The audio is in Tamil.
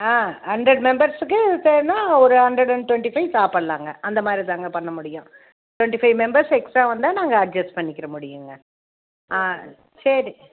ஆ ஹண்ட்ரட் மெம்பர்ஸுக்கு செய்யணும்ன்னா ஒரு ஹண்ட்ரட் அண்ட் டுவெண்டி ஃபைவ் சாப்பிட்லாங்க அந்த மாதிரி தான்ங்க பண்ண முடியும் டுவெண்டி ஃபைவ் மெம்பர்ஸ் எக்ஸ்டா வந்தால் நாங்கள் அட்ஜஸ்ட் பண்ணிக்கிற முடியும்ங்க ஆ சரி